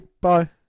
Bye